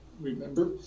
remember